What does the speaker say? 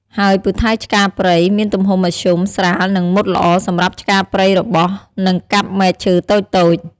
ហើយពូថៅឆ្ការព្រៃ មានទំហំមធ្យម ស្រាល និងមុតល្អសម្រាប់ឆ្ការព្រៃរបោះ និងកាប់មែកឈើតូចៗ។